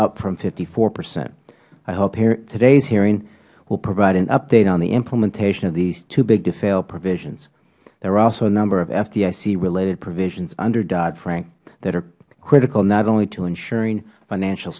up from fifty four percent i hope todays hearing will provide an update on the implementation of these too big to fail provisions there are also a number of fdic related provisions under dodd frank that are critical not only to ensuring financial